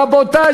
רבותי,